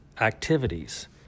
activities